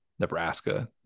Nebraska